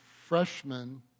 freshman